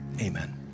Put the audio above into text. amen